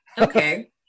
okay